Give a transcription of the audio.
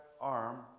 arm